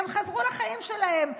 הם חזרו לחיים שלהם.